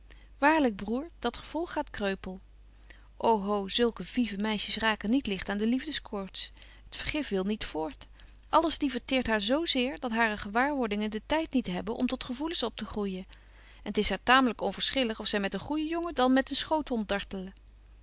waarlyk broêr dat gevolg gaat kreupel oh ho zulke vive meisjes raken niet ligt aan de liefdekoorts t vergif wil niet voort alles diverteert haar zo betje wolff en aagje deken historie van mejuffrouw sara burgerhart zeer dat hare gewaarwordingen den tyd niet hebben om tot gevoelens op te groeijen en t is haar taamlyk onverschillig of zy met een goejen jongen dan met een schoothond